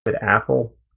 Apple